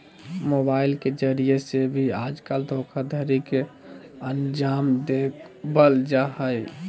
mobile के जरिये से भी आजकल धोखाधडी के अन्जाम देवल जा हय